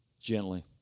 Gently